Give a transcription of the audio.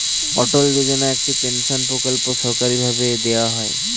অটল যোজনা একটি পেনশন প্রকল্প সরকারি ভাবে দেওয়া হয়